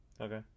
Okay